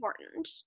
important